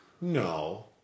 no